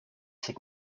ses